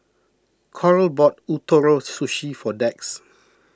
Coral bought Ootoro Sushi for Dax